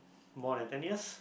more than ten years